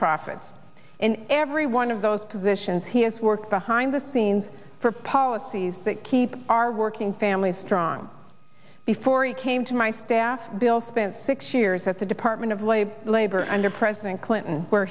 profits in every one of those positions he has worked behind the scenes for policies that keep our working families strong before he came to my staff bill spent six years at the department of labor labor under president clinton where